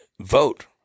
vote